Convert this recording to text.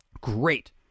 Great